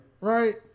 right